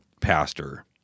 pastor